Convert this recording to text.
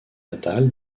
natal